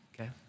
okay